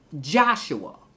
Joshua